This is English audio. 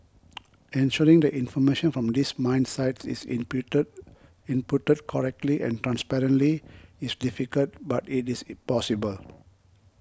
ensuring that information from these mine sites is in prater inputted correctly and transparently is difficult but it is possible